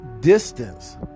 distance